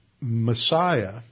Messiah